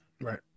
right